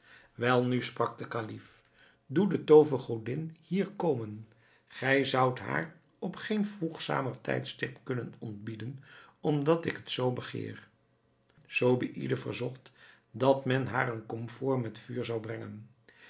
welnu sprak de kalif doe de toovergodin hier komen gij zoudt haar op geen voegzamer tijdstip kunnen ontbieden omdat ik het zoo begeer zobeïde verzocht dat men haar een komfoor met vuur zou brengen